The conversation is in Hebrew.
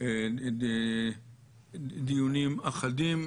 דיונים אחדים.